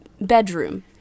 bedroom